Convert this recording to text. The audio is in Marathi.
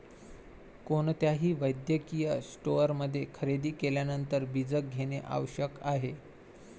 कोणत्याही वैद्यकीय स्टोअरमध्ये खरेदी केल्यानंतर बीजक घेणे आवश्यक आहे